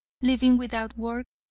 living without work.